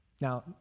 Now